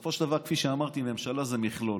בסופו של דבר, כפי שאמרתי, ממשלה זה מכלול.